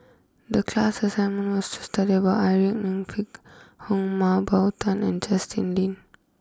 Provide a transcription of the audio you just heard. the class assignment was to study about Irene Ng Phek Hoong Mah Bow Tan and Justin Lean